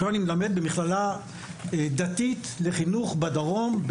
עכשיו אני מלמד במכללה דתית לחינוך בדרום,